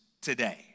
today